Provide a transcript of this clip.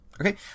Okay